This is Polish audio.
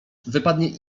wypadnie